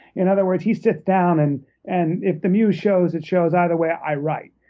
in other words, he sits down and and if the muse shows, it shows. either way, i write.